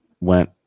went